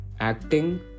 acting